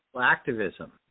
activism